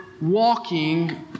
walking